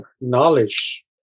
knowledge